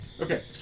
Okay